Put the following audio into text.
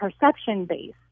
perception-based